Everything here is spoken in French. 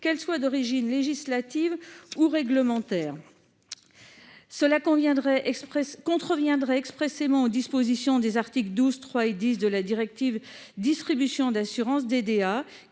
qu'elles soient d'origine législative ou réglementaire. Cela contreviendrait expressément aux dispositions des articles 12, 3 et 10 de la directive sur la distribution d'assurances (DDA),